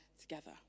together